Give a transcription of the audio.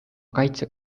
kaitsja